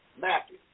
Matthew